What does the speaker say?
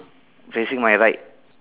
facing my right